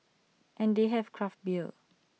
and they have craft beer